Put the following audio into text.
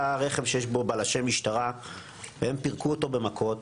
רכב שיש בו בלשי משטרה והם פירקו אותו במכות.